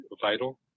vital